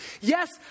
Yes